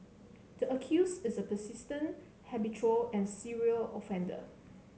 the accused is a persistent habitual and serial offender